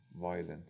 violent